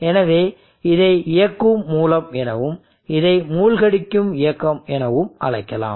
எனவே இதை இயக்கும் மூலம் எனவும் இதை மூழ்கடிக்கும் இயக்கம் எனவும் அழைக்கலாம்